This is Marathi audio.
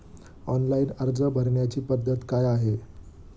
ऑनलाइन अर्ज भरण्याची पद्धत काय आहे?